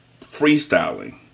freestyling